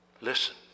Listen